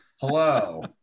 hello